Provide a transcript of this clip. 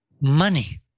money